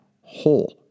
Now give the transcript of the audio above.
whole